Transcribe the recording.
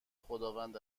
خداوند